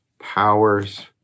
powers